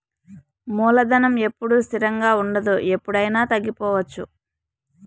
మూలధనం ఎప్పుడూ స్థిరంగా ఉండదు ఎప్పుడయినా తగ్గిపోవచ్చు